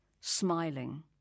smiling